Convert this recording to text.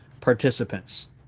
participants